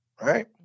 Right